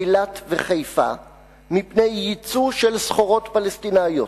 אילת וחיפה בפני יצוא של סחורות פלסטיניות.